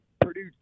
Purdue